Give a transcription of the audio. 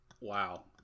wow